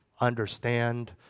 understand